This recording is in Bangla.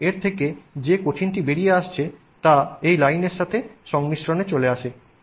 এবং এর থেকে যে কঠিনটি বেরিয়ে আসছে তা এই লাইনের সাথে সংমিশ্রণে চলে আসে